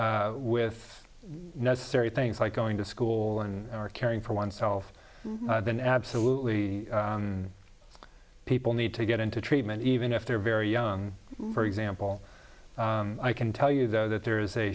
with necessary things like going to school and or caring for oneself i've been absolutely people need to get into treatment even if they're very young for example i can tell you though that there is a